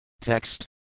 Text